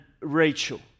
Rachel